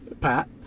Pat